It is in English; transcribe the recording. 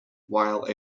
while